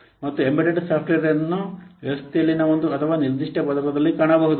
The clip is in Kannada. ಮತ್ತು ಎಂಬೆಡೆಡ್ ಸಾಫ್ಟ್ವೇರ್ ಅನ್ನು ವ್ಯವಸ್ಥೆಯಲ್ಲಿನ ಒಂದು ಅಥವಾ ನಿರ್ದಿಷ್ಟ ಪದರದಲ್ಲಿ ಕಾಣಬಹುದು